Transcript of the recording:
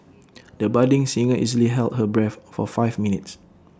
the budding singer easily held her breath for five minutes